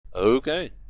okay